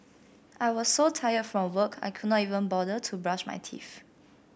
I was so tired from work I could not even bother to brush my teeth